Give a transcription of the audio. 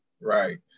Right